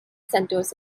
centers